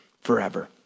forever